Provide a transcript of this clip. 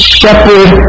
shepherd